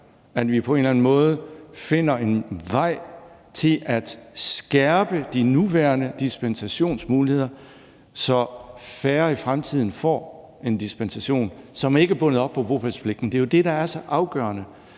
at vi på en eller anden måde finder en måde at skærpe de nuværende dispensationsmuligheder på, så færre i fremtiden får en dispensation, som ikke er bundet op på bopælspligten. Det er jo det, der er så afgørende.